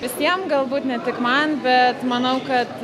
visiem galbūt ne tik man bet manau kad